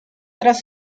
tras